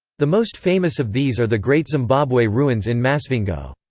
the most famous of these are the great zimbabwe ruins in masvingo.